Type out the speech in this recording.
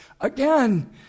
again